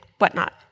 whatnot